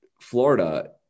Florida